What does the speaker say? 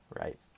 right